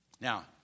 Now